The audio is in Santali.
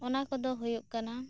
ᱚᱱᱟ ᱠᱚᱫᱚ ᱦᱩᱭᱩᱜ ᱠᱟᱱᱟ